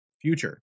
future